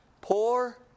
poor